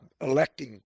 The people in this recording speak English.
electing